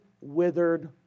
withered